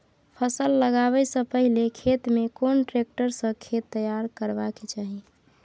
फसल लगाबै स पहिले खेत में कोन ट्रैक्टर स खेत तैयार करबा के चाही?